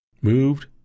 moved